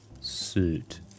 suit